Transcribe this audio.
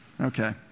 Okay